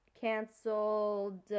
Canceled